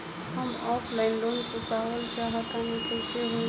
हम offline loan चुकावल चाहऽ तनि कइसे होई?